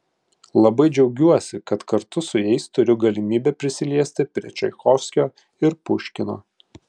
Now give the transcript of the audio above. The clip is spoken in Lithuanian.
labai džiaugiuosi kad kartu su jais turiu galimybę prisiliesti prie čaikovskio ir puškino